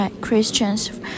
Christians